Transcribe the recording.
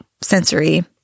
sensory